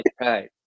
Right